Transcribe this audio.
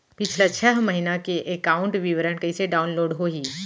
पिछला छः महीना के एकाउंट विवरण कइसे डाऊनलोड होही?